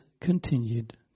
continued